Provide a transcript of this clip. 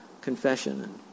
confession